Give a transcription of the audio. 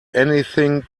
anything